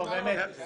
באמת,